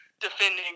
defending